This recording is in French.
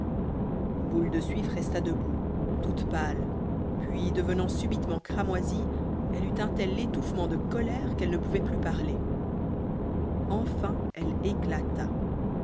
boule de suif resta debout toute pâle puis devenant subitement cramoisie elle eut un tel étouffement de colère qu'elle ne pouvait plus parler enfin elle éclata